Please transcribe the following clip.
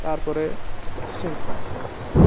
ତାର୍ ପରେ ସେ